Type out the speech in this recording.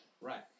Right